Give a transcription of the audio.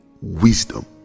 wisdom